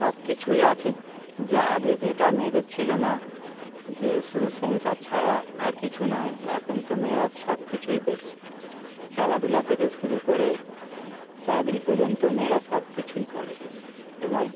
সব কিছুই আছে যে আগে যেটা মেয়েদের ছিলো না যে শুধু সংসার ছাড়া আর কিছু নয় এখন তো মেয়েরা তো সব কিছুই করছে খেলাধুলা থেকে শুরু করে চাকরি পর্যন্ত মেয়েরা সব কিছুই করে এবং